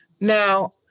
Now